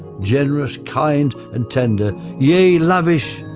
generous, kind and tender, yeah lavish,